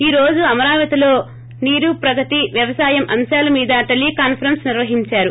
ఈ రోజు అమరావతిలో నీరు ప్రగతి వ్యవసాయం అంశాల మీద టెలి కాన్సరేస్స్ నిర్వహించారు